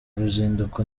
ruzinduko